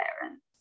parents